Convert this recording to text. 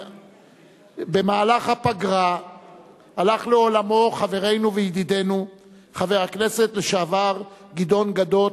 במהלך הפגרה הלך לעולמו חברנו וידידנו חבר הכנסת לשעבר גדעון גדות,